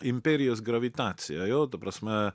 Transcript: imperijos gravitacija jo ta prasme